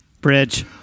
Bridge